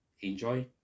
enjoy